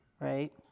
right